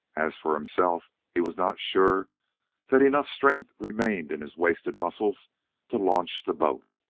as for himself, he was not sure that enough strength remained in his wasted muscles to launch the boat.